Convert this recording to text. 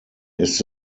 ist